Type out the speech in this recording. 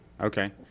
Okay